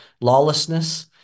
Lawlessness